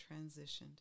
transitioned